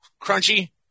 crunchy